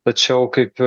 tačiau kaip